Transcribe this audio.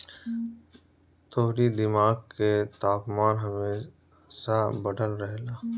तोहरी दिमाग के तापमान हमेशा बढ़ल रहेला